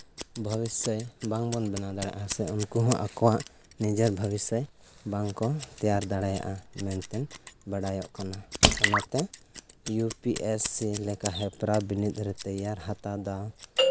ᱵᱷᱚᱵᱤᱥᱥᱚᱭ ᱵᱟᱝᱵᱚᱱ ᱵᱮᱱᱟᱣ ᱫᱟᱲᱮᱭᱟᱜᱼᱟ ᱥᱮ ᱩᱱᱠᱩ ᱦᱚᱸ ᱟᱠᱚᱣᱟᱜ ᱱᱤᱡᱮᱨᱟᱜ ᱵᱷᱚᱵᱤᱥᱥᱚᱭ ᱵᱟᱝ ᱠᱚ ᱛᱮᱭᱟᱨ ᱫᱟᱲᱮᱭᱟᱜᱼᱟ ᱢᱮᱱᱛᱮ ᱵᱟᱲᱟᱭᱚᱜ ᱠᱟᱱᱟ ᱚᱱᱟᱛᱮ ᱤᱭᱩ ᱯᱤ ᱮᱥ ᱞᱮᱠᱟ ᱦᱮᱯᱨᱟᱣ ᱵᱤᱱᱤᱰ ᱨᱮ ᱛᱮᱭᱟᱨ ᱦᱟᱛᱟᱣ ᱫᱚ